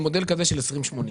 במודל כזה של 20/80,